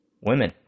Women